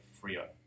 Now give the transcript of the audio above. Frio